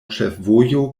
ĉefvojo